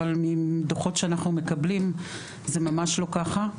אבל מדוחות שאנחנו מקבלים זה ממש לא ככה.